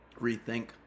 rethink